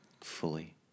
Fully